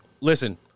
Listen